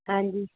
ਹਾਂਜੀ